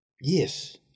Yes